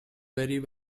very